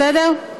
בסדר?